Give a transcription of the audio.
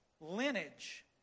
lineage